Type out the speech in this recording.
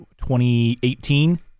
2018